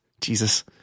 Jesus